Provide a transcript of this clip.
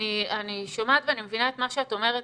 אני שומעת ואני מבינה את מה שאת אומרת,